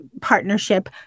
partnership